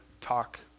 talk